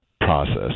process